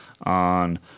on